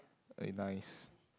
eh nice